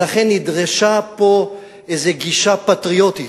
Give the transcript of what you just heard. ולכן נדרשה פה איזו גישה פטריוטית,